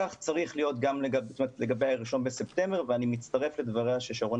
כך צריך להיות לגבי ה-1 בספטמבר ואני מצטרף לדבריה של שרונה